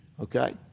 Okay